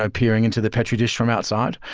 um peering into the petri dish from outside.